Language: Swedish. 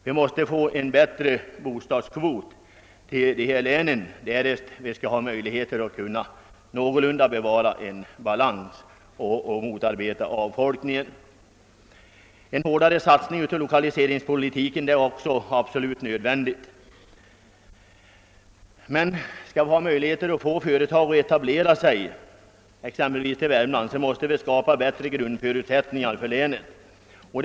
Vi måste få en bättre bostadskvot i dessa län om vi skall kunna bevara balansen och motarbeta avfolkningen. En hårdare satsning på lokaliseringspolitiken är absolut nödvändig. Men skall det vara möjligt att få företag att etablera sig t.ex. i Värmland måste bättre grundförutsättningar för länet skapas.